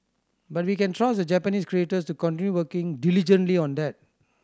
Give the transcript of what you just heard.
but we can trust the Japanese creators to continue working diligently on that